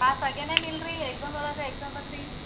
pass ಆಗ್ಯಾನೆ ಏನು ಇಲ್ಲರಿ ಎಗ್ಸಾಮ್ ಒಳಗೆ ಎಗ್ಸಾಮ್ ಬರ್ದು